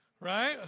Right